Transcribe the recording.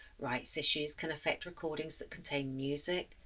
rghts issues can affect recordings that contain music,